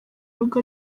rugo